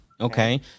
Okay